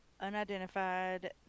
Unidentified